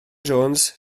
jones